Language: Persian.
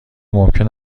ممکن